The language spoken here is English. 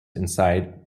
inside